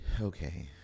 Okay